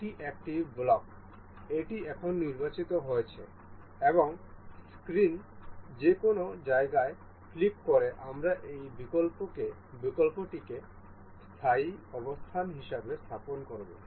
এটি একটি ব্লক এটি এখন নির্বাচিত হয়েছে এবং স্ক্রিনের যে কোনও জায়গায় ক্লিক করে আমরা এই ব্লকটিকে স্থায়ী অবস্থান হিসাবে স্থাপন করব